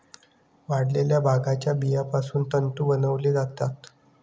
वाळलेल्या भांगाच्या बियापासून तंतू बनवले जातात